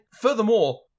furthermore